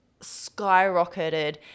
skyrocketed